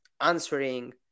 answering